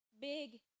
big